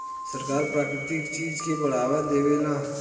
सरकार प्राकृतिक चीज के बढ़ावा देवेला